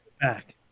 back